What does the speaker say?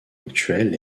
actuel